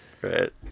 Right